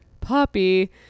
puppy